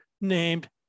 named